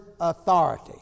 authority